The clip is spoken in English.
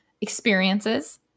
experiences